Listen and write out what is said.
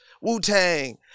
Wu-Tang